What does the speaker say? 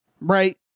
right